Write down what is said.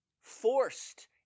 forced